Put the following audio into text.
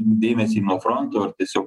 dėmesį nuo fronto ar tiesiog